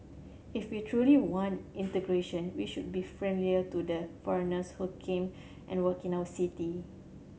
if we truly want integration we should be friendlier to the foreigners who came and work in our city